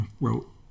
wrote